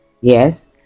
Yes